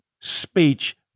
speech